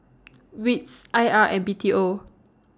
WITS I R and B T O